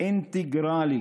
אינטגרלי